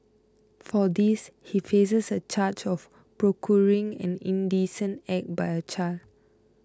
for this he faces a charge of procuring an indecent act by a child